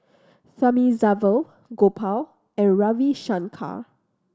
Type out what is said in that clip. Thamizhavel Gopal and Ravi Shankar